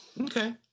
okay